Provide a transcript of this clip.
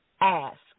Ask